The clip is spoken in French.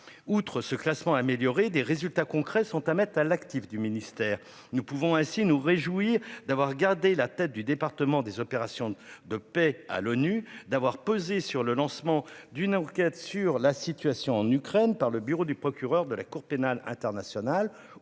Outre ce classement amélioré, des résultats concrets sont à mettre à l'actif du ministère. Nous pouvons ainsi nous réjouir d'avoir gardé la tête du département des opérations de paix de l'ONU, d'avoir pesé sur le lancement d'une enquête sur la situation en Ukraine par le bureau du procureur de la Cour pénale internationale